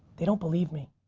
they don't believe me.